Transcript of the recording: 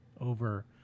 over